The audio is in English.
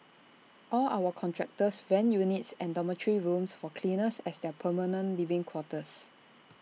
all our contractors rent units and dormitory rooms for cleaners as their permanent living quarters